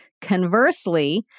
Conversely